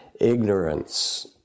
ignorance